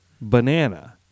banana